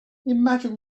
imagine